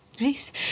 Nice